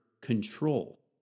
control